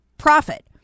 profit